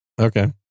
okay